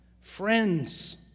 Friends